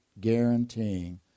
guaranteeing